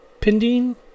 pending